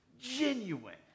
genuine